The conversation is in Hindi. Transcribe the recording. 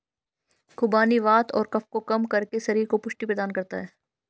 खुबानी वात और कफ को कम करके शरीर को पुष्टि प्रदान करता है